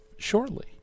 shortly